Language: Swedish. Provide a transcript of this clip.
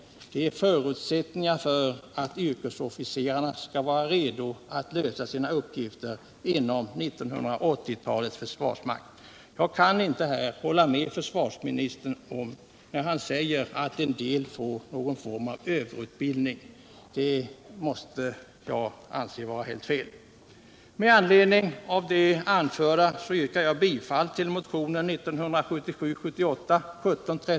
Det är förutsättningar för att yrkesofficerarna skall vara redo att lösa sina uppgifter inom 1980-talets försvarsmakt. Jag kan inte hålla med försvarsministern om att en del får någon form av överutbildning. Det anser jag vara helt felaktigt.